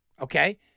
okay